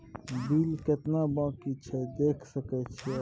Bill केतना बाँकी छै देख सके छियै?